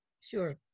Sure